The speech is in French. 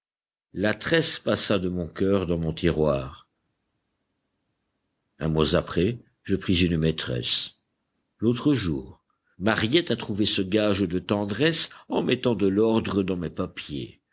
la tresse passa de mon cœur dans mon tiroir un mois après je pris une maîtresse l'autre jour mariette a trouvé ce gage de tendresse en mettant de l'ordre dans mes papiers